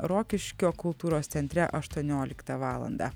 rokiškio kultūros centre aštuonioliktą valandą